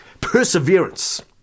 perseverance